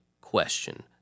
question